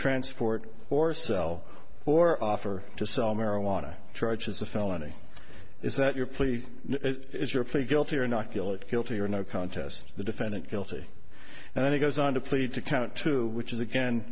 transport or sell or offer to sell marijuana charges a felony is that your plea is your plea guilty or not kill it guilty or no contest the defendant guilty and then he goes on to plead to count two which is again